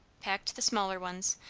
packed the smaller ones,